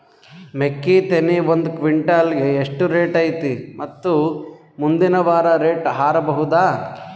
ಮೆಕ್ಕಿ ತೆನಿ ಒಂದು ಕ್ವಿಂಟಾಲ್ ಗೆ ಎಷ್ಟು ರೇಟು ಐತಿ ಮತ್ತು ಮುಂದಿನ ವಾರ ರೇಟ್ ಹಾರಬಹುದ?